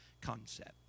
concept